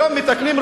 היום מתקנים,